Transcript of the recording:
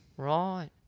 Right